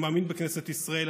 אני מאמין בכנסת ישראל,